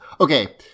okay